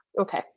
Okay